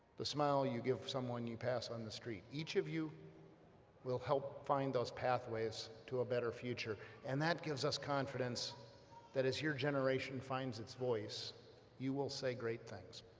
the smile you give someone you pass on the street, each of you will help find those pathways to a better future and that gives us confidence that as your generation finds its voice you will say great things